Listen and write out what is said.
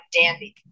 dandy